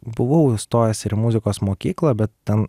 buvau įstojęs ir į muzikos mokyklą bet ten